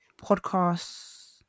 podcast